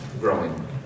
growing